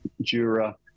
Jura